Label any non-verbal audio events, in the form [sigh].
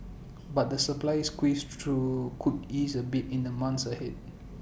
but the supply squeeze [unintelligible] could ease A bit in the months ahead